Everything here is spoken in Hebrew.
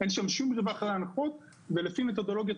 אין שם שום רווח מההנחות ולפי מתודולוגיית